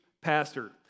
pastor